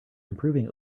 improving